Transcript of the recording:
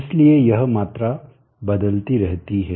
इसलिए यह मात्रा बदलती रहती है